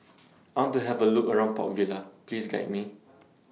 I want to Have A Look around Port Vila Please Guide Me